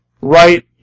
right